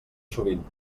sovint